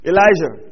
Elijah